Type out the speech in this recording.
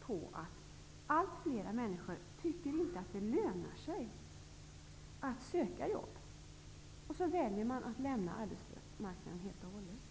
på att allt fler människor inte tycker att det lönar sig att söka jobb. Därför väljer man att lämna arbetsmarknaden helt och hållet.